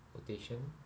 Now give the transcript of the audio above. quotation